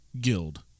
guild